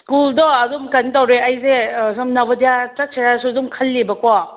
ꯁ꯭ꯀꯨꯜꯗꯣ ꯑꯗꯨꯝ ꯀꯩꯅꯣ ꯇꯧꯔꯦ ꯑꯩꯁꯦ ꯁꯣꯝ ꯅꯕꯣꯗꯤꯌꯥ ꯆꯠꯁꯤꯔꯥꯁꯨ ꯑꯗꯨꯝ ꯈꯜꯂꯤꯕꯀꯣ